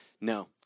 No